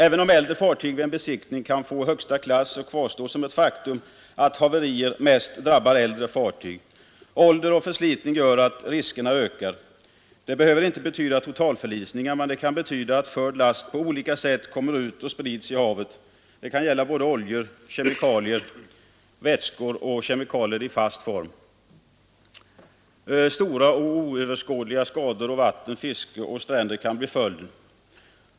Även om ett äldre fartyg vid besiktningen kan hamna i högsta klassen kvarstår som ett faktum att haverier mest drabbar äldre fartyg. Ålder och förslitning gör att riskerna ökar. Ett haveri behöver inte betyda totalförlisning, men det kan innebära att förd last på olika sätt kommer ut och sprids i havet. Det kan gälla både olja och kemikalier, de senare i såväl fast som flytande form. Stora och oöverskådliga skador på vatten, fiske och stränder kan då bli följden.